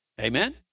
amen